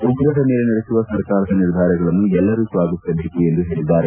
ಉಗ್ರರ ಮೇಲೆ ನಡೆಸುವ ಸರ್ಕಾರದ ನಿರ್ಧಾರಗಳನ್ನು ಎಲ್ಲರೂ ಸ್ವಾಗತಿಸಬೇಕು ಎಂದು ಹೇಳಿದ್ದಾರೆ